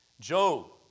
Job